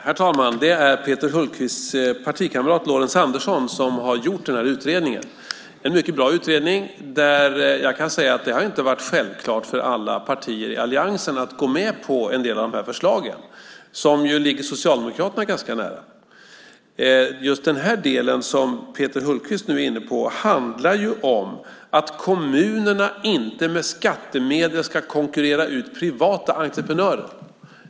Herr talman! Det är Peter Hultqvists partikamrat Lorentz Andersson som har gjort den här utredningen. Det är en mycket bra utredning. Jag kan säga att det inte har varit självklart för alla partier i alliansen att gå med på en del av de här förslagen som ju ligger Socialdemokraterna ganska nära. Just den del som Peter Hultqvist nu är inne på handlar ju om att kommunerna inte med skattemedel ska konkurrera ut privata entreprenörer.